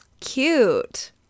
cute